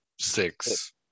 six